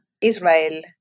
Israel